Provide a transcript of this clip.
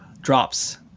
drops